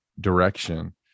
direction